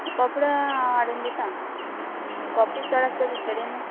कपडो हांव हाडून दितां आनी कोपडे चड आसता तुज कडेन